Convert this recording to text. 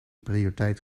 prioriteit